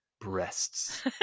breasts